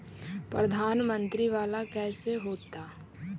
प्रधानमंत्री मंत्री वाला कैसे होता?